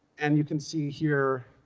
and you can see here,